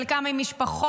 חלקם עם משפחות,